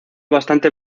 bastante